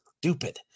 stupid